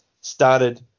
started